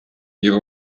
ihre